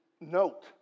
note